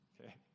okay